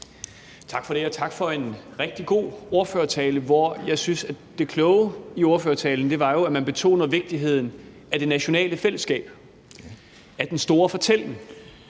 Tak for det, og tak for en rigtig god ordførertale, hvor jeg jo synes, at det kloge i ordførertalen var, at man betoner vigtigheden af det nationale fællesskab, af den store fortælling.